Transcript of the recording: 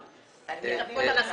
אמרתי ד', ה'